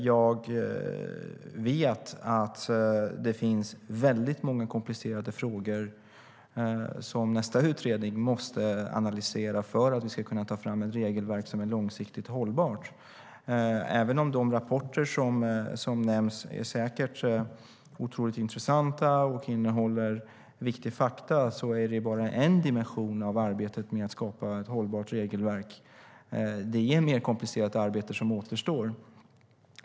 Jag vet att det finns många komplicerade frågor som nästa utredning måste analysera för att vi ska kunna ta fram ett regelverk som är långsiktigt hållbart. Även om de rapporter som nämns säkert är otroligt intressanta och innehåller viktiga fakta är det bara en dimension av arbetet med att skapa ett hållbart regelverk. Det är mer komplicerat arbete som återstår.